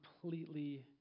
completely